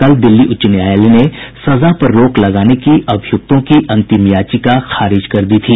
कल दिल्ली उच्च न्यायालय ने सजा पर रोक लगाने की अभियुक्तों की अंतिम याचिका खारिज कर दी थी